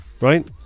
right